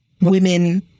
women